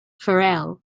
farrell